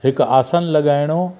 हिकु आसन लॻाइणो